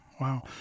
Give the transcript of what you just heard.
wow